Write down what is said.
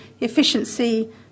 efficiency